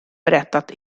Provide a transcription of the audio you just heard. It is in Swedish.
berättat